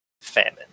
famine